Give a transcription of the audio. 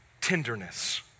tenderness